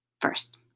First